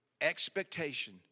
Expectation